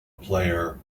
player